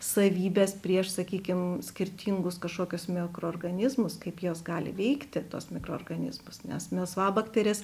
savybes prieš sakykim skirtingus kažkokius mikroorganizmus kaip jos gali veikti tuos mikroorganizmus nes melsvabakterės